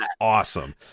awesome